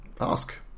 ask